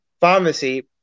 pharmacy